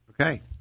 Okay